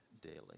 daily